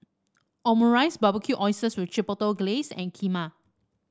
Omurice Barbecued Oysters with Chipotle Glaze and Kheema